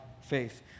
faith